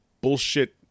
bullshit